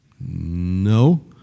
No